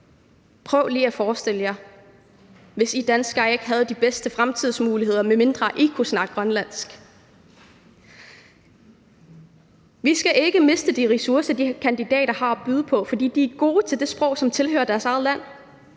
Prøv lige at forestille jer, at I danskere ikke havde de bedste fremtidsmuligheder, medmindre I kunne snakke grønlandsk. Vi skal ikke miste de ressourcer, de kandidater har at byde på, for de er gode til det sprog, som tilhører deres eget land,